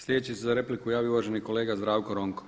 Sljedeći se za repliku javio uvaženi kolega Zdravko Ronko.